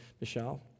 Michelle